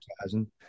advertising